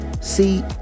See